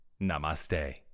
Namaste